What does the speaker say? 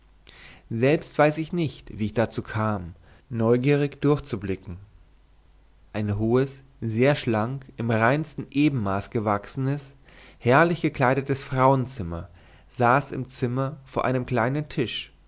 selbst weiß ich nicht wie ich dazu kam neugierig durchzublicken ein hohes sehr schlank im reinsten ebenmaß gewachsenes herrlich gekleidetes frauenzimmer saß im zimmer vor einem kleinen tisch